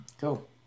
cool